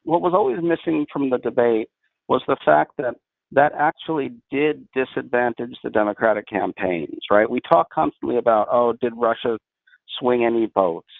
was always missing from the debate was the fact that and that actually did disadvantage the democratic campaigns. right? we talk constantly about, oh, did russia swing any votes?